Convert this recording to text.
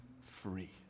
free